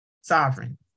sovereign